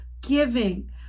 giving